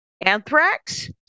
Anthrax